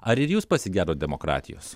ar ir jūs pasigedot demokratijos